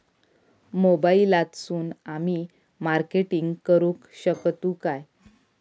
मोबाईलातसून आमी मार्केटिंग करूक शकतू काय?